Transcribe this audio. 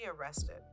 arrested